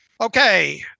Okay